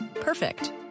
Perfect